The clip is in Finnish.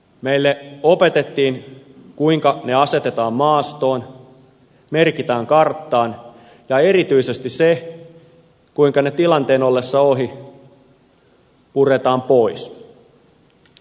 meille opetettiin kuinka ne asetetaan maastoon merkitään karttaan ja erityisesti se kuinka ne tilanteen ollessa ohi puretaan pois